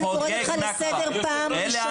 אני קוראת לך לסדר פעם ראשונה.